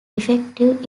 effective